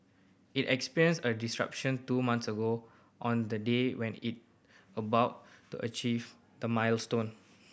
it experienced a disruption two month ago on the day when it about to achieve the milestone